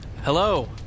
Hello